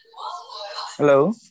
Hello